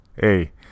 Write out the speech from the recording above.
Hey